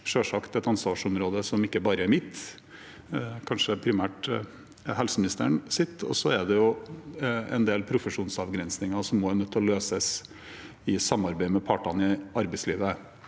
selvsagt et ansvarsområde som ikke bare er mitt, kanskje er det primært helseministerens. Og så er det en del profesjonsavgrensninger som er nødt til å løses i samarbeid med partene i arbeidslivet.